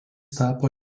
tapo